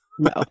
No